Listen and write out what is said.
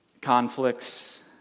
conflicts